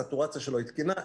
הסטורציה שלו תקינה,